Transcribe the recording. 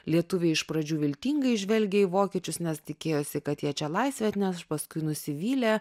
lietuviai iš pradžių viltingai žvelgia į vokiečius nes tikėjosi kad jie čia laisvę atneš paskui nusivylė